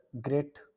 great